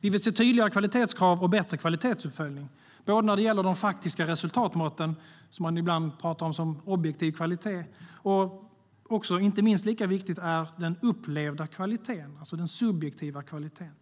Vi vill se tydligare kvalitetskrav och bättre kvalitetsuppföljning. Det gäller både de faktiska resultatmåtten, som man ibland pratar om som objektiv kvalitet, och - vilket är minst lika viktigt - den upplevda kvaliteten, det vill säga den subjektiva kvaliteten.